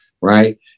right